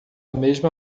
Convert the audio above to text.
mesma